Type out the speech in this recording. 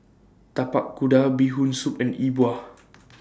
Tapak Kuda Bee Hoon Soup and E Bua